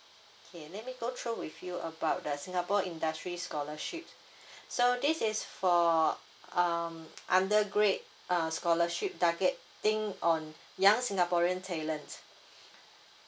K let me go through with you about the singapore industry scholarship so this is for um undergrad uh scholarship targetting on young singaporean talent